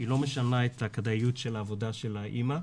היא לא משנה את הכדאיות של העבודה של האמא,